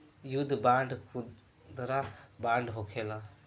युद्ध बांड खुदरा बांड होखेला